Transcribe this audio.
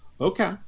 okay